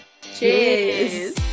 cheers